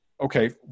okay